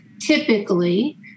typically